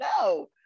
no